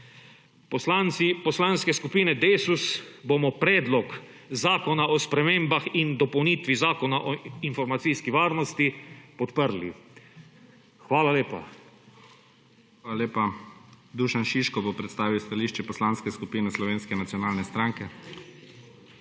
Poslanci poslanke skupine Desus bomo Predlog zakona o spremembah in dopolnitvi Zakona o informacijski varnosti podprli. Hvala lepa. PREDSEDNIK IGOR ZORČIČ: Hvala lepa. Dušan Šiško bo predstavil stališče Poslanske skupine Slovenske nacionalne stranke.